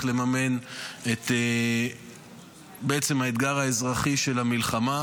לממן בעצם את האתגר האזרחי של המלחמה,